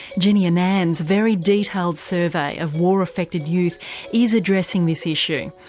jeannie annan's very detailed survey of war-affected youth is addressing this issue.